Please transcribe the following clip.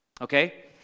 okay